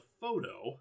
photo